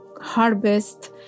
harvest